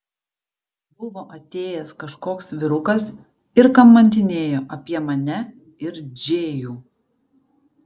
buvo atėjęs kažkoks vyrukas ir kamantinėjo apie mane ir džėjų